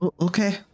Okay